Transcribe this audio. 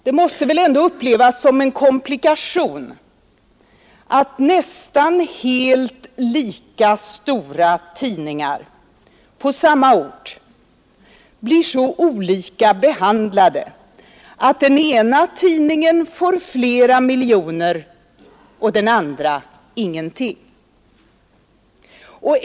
Det måste väl ändå upplevas som en komplikation att nästan lika stora tidningar på samma ort blir så olika behandlade, att den ena tidningen får flera miljoner och den andra ingenting.